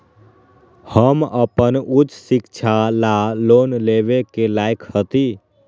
हम अपन उच्च शिक्षा ला लोन लेवे के लायक हती?